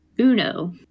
UNO